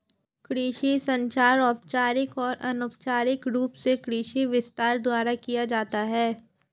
कृषि संचार औपचारिक और अनौपचारिक रूप से कृषि विस्तार द्वारा किया जाता है